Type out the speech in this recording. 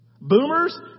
Boomers